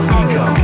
ego